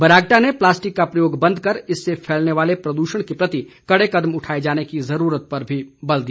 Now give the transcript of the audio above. बरागटा ने प्लास्टिक का प्रयोग बंद कर इससे फैलने वाले प्रदूषण के प्रति कड़े कदम उठाए जाने की जरूरत पर भी बल दिया